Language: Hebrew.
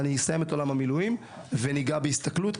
אסיים את עולם המילואים וניגע בהסתכלות,